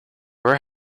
where